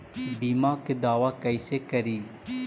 बीमा के दावा कैसे करी?